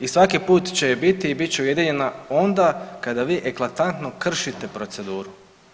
I svaki put će je biti i bit će ujedinjena onda kada vi eklatantno kršite proceduru.